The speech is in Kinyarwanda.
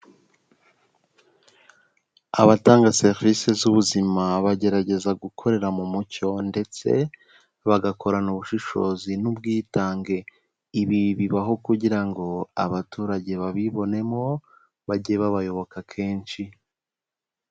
Abatanga serivisi z'ubuzima bagerageza gukorera mu mucyo ndetse bagakorana ubushishozi n'ubwitange, ibi bibaho kugira ngo abaturage babibonemo, bajye babayoboka kenshi.